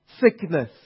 Sickness